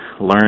Learn